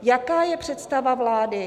Jaká je představa vlády?